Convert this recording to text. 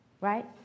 right